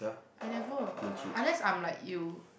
I never unless I'm like you